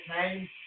name